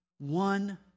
one